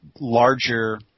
larger